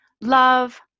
love